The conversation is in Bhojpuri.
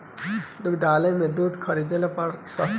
दुग्धालय से दूध खरीदला पर सस्ता पड़ेला?